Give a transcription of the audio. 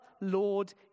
Lord